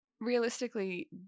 realistically